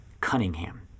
Cunningham